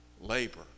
labor